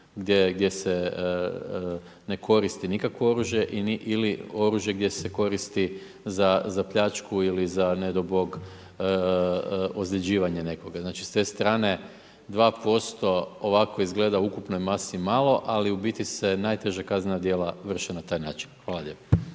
gdje se ne koristi nikakvo oružje ili oružje gdje se koristi za pljačku ili ne dao Bog ozljeđivanje nekoga. Znači s te strane 2% ovako izgleda u ukupnoj masi malo ali u biti se najteža kaznena djela vrše na taj način. Hvala lijepo.